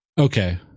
okay